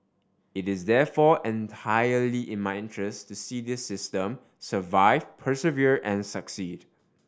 it is therefore entirely in my interest to see this system survive persevere and succeed